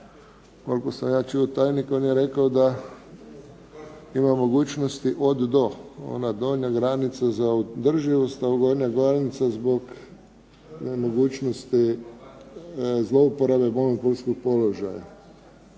Koliko sam ja čuo tajnika on je rekao da ima mogućnosti od do, ona donja granica za održivost, a gornja granica zbog nemogućnosti zlouporabe monopolskog položaja.